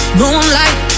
moonlight